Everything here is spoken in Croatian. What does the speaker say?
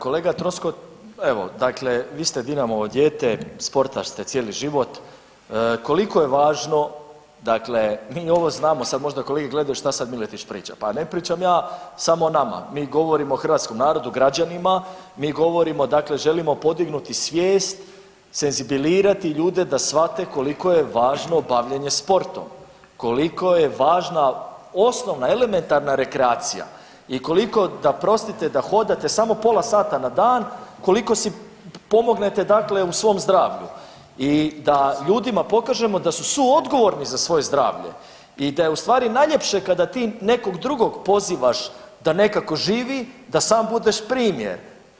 Kolega Troskot, evo dakle vi ste Dinamovo dijete, sportaš ste cijeli život, koliko je važno, dakle mi ovo znamo, sad možda kolege gledaju šta sad Miletić priča, pa ne pričam ja samo o nama, mi govorimo o hrvatskom narodu, o građanima, mi govorimo dakle želimo podignuti svijest, senzibilirati ljude da shvate koliko je važno bavljenje sportom, koliko je važna osnovna elementarna rekreacija i koliko da prostite da hodate samo pola sata na dan koliko si pomognete dakle u svom zdravlju i da ljudima pokažemo da su suodgovorni za svoje zdravlje i da je u stvari najljepše kada ti nekog drugog pozivaš da nekako živi, da sam budeš primjer.